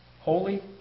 holy